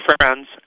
friends